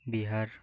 Bihar